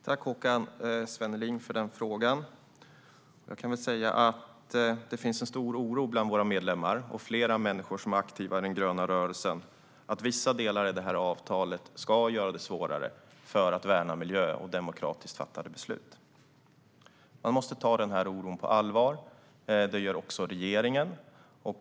Fru talman! Tack, Håkan Svenneling, för den frågan! Det finns en stor oro bland våra medlemmar och flera människor som är aktiva i den gröna rörelsen att vissa delar i avtalet ska göra det svårare att värna miljö och demokratiskt fattade beslut. Man måste ta den oron på allvar. Det gör också regeringen.